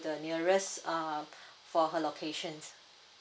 the nearest err for her locations